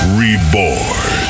reborn